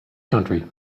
country